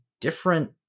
different